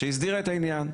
שהסדירה את העניין,